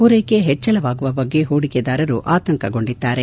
ಪೂರೈಕೆ ಹೆಚ್ಚಳವಾಗುವ ಬಗ್ಗೆ ಹೂಡಿಕೆದಾರರು ಆತಂಕಗೊಂಡಿದ್ದಾರೆ